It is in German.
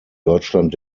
deutschland